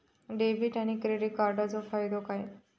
Debit आणि credit कार्डचो फायदो काय?